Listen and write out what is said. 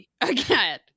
Again